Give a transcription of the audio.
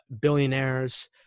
billionaires